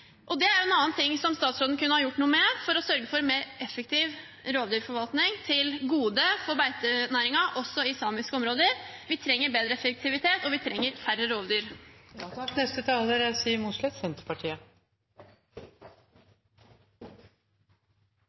Det er en annen ting som statsråden kunne ha gjort noe med for å sørge for mer effektiv rovdyrforvaltning til gode for beitenæringen også i samiske områder. Vi trenger bedre effektivitet, og vi trenger færre rovdyr.